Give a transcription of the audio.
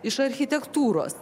iš architektūros